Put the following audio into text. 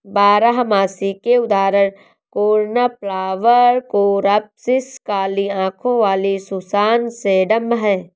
बारहमासी के उदाहरण कोर्नफ्लॉवर, कोरॉप्सिस, काली आंखों वाली सुसान, सेडम हैं